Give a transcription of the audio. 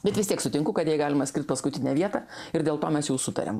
bet vis tiek sutinku kad jai galima skirt paskutinę vietą ir dėl to mes jau sutarėm